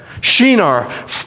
Shinar